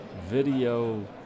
video